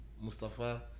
Mustafa